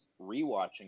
rewatching